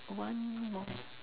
one more